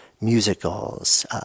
musicals